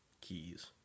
Keys